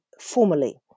formally